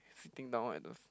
sitting down at the